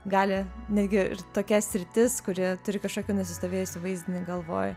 gali netgi ir tokia sritis kurioje turi kažkokį nusistovėjusį vaizdinį galvoj